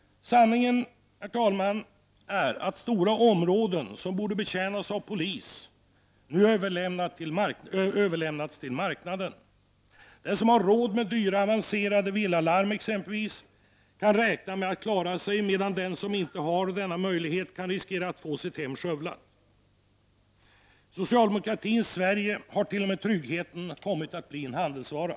Sanningen är den, herr talman, att stora områden som borde betjänas av polis nu har överlämnats till marknaden. Den som har råd med t.ex. dyra och avancerade villalarm kan räkna med att klara sig, medan den som inte har denna möjlighet kan riskera att få sitt hem skövlat. I socialdemokratins Sverige har t.o.m. tryggheten kommit att bli en handelsvara.